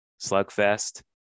slugfest